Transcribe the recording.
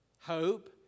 Hope